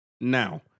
Now